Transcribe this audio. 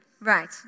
Right